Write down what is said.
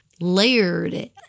layered